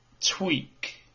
tweak